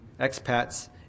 expats